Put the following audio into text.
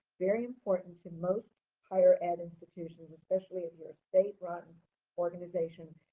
very important to most higher-ed and institutions, especially if you're a state-run organization,